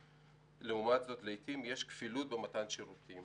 ולעומת זאת לעתים יש כפילות במתן שירותים,